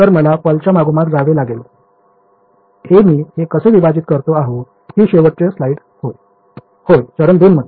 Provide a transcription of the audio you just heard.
तर मला पल्सच्या मागोमाग जावे लागेल हे मी हे कसे विभाजित करतो आहो ही शेवटची स्लाइड होय होय चरण 2 मध्ये